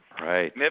Right